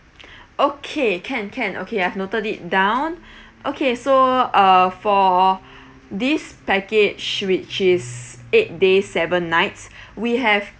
okay can can okay I've noted it down okay so uh for this package which is eight day seven nights we have